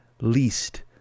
least